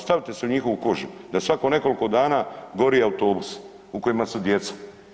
Stavite se u njihovu kožu, da svako nekoliko dana gori autobus u kojima su djeca.